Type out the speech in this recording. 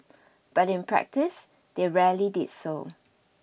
but in practice they rarely did so